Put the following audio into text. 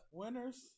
winners